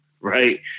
right